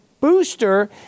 booster